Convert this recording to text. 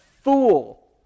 fool